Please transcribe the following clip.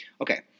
Okay